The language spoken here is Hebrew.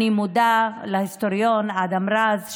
אני מודה להיסטוריון אדם רז,